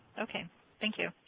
okay thank you.